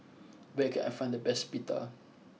where can I find the best Pita